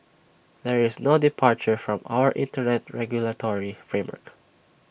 there is no departure from our Internet regulatory framework